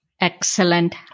Excellent